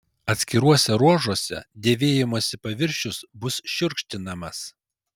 atskiruose ruožuose dėvėjimosi paviršius bus šiurkštinamas